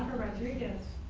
rodriguez.